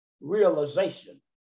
realization